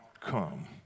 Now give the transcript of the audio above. come